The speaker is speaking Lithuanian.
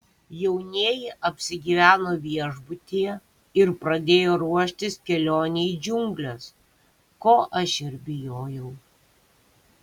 jaunieji apsigyveno viešbutyje ir pradėjo ruoštis kelionei į džiungles ko aš ir bijojau